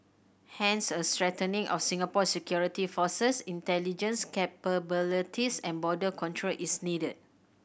hence a strengthening of Singapore's security forces intelligence capabilities and border control is needed